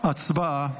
הצבעה.